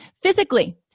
Physically